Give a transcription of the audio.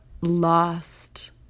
lost